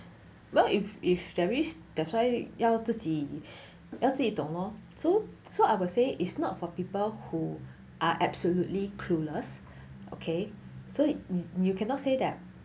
well if if there is definitely 要自己要自己懂 lor so I would say is not for people who are absolutely clueless okay so you cannot say that